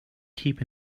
keep